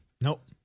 Nope